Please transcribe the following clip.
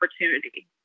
opportunity